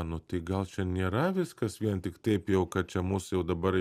nu tai gal čia nėra viskas vien tik taip jau kad čia mus jau dabar